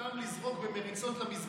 אותם לזרוק במריצות למזבלה.